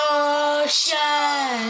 ocean